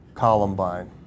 Columbine